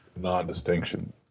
non-distinction